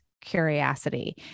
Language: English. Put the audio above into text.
curiosity